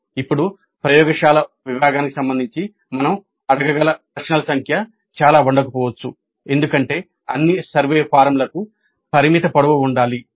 అప్పుడు ప్రయోగశాల భాగానికి సంబంధించి మనం అడగగల ప్రశ్నల సంఖ్య చాలా ఉండకపోవచ్చు ఎందుకంటే అన్ని సర్వే ఫారమ్లకు పరిమిత పొడవు ఉండాలి